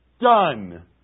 Done